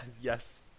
Yes